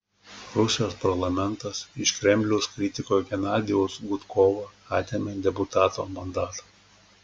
rusijos parlamentas iš kremliaus kritiko genadijaus gudkovo atėmė deputato mandatą